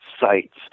sites